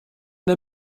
der